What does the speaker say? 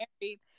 married